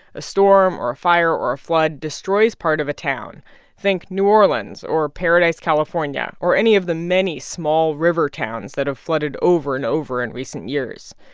a storm or a fire or a flood destroys part of a town think new orleans or paradise, calif, or and or any of the many small river towns that have flooded over and over in recent years.